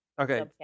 Okay